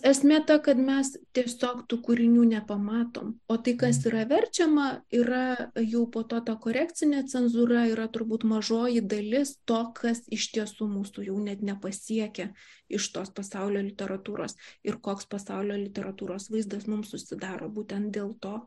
esmė ta kad mes tiesiog tų kūrinių nepamatom o tai kas yra verčiama yra jau po to ta korekcinė cenzūra yra turbūt mažoji dalis to kas iš tiesų mūsų jau net nepasiekia iš tos pasaulio literatūros ir koks pasaulio literatūros vaizdas mums susidaro būtent dėl to